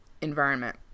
environment